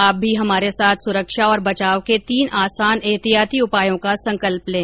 आप भी हमारे साथ सुरक्षा और बचाव के तीन आसान एहतियाती उपायों का संकल्प लें